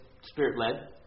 Spirit-led